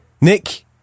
Nick